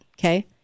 Okay